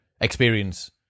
experience